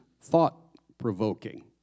thought-provoking